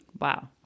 Wow